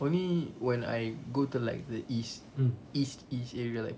only when I go to like the east east east area like